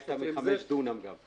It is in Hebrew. חיית מחמש דונם גם.